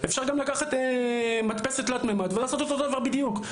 אפשר גם לקחת מדפסת תלת ממד ולעשות את אותו דבר בדיוק,